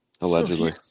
Allegedly